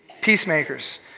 peacemakers